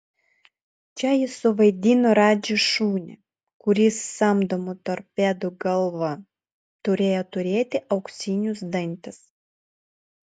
čia jis suvaidino radži šunį kuris samdomų torpedų galva turėjo turėti auksinius dantis